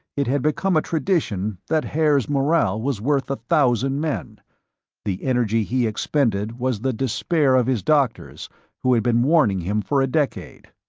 it had become a tradition that haer's morale was worth a thousand men the energy he expended was the despair of his doctors who had been warning him for a decade.